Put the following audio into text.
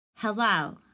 Hello